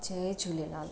Jay Jhulelal